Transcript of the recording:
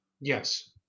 Yes